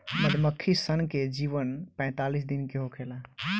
मधुमक्खी सन के जीवन पैतालीस दिन के होखेला